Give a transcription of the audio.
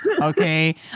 Okay